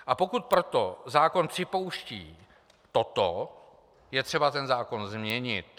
A pokud proto zákon připouští toto, je třeba ten zákon změnit.